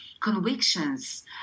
convictions